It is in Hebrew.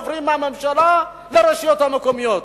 עוברים מהממשלה לרשויות המקומיות.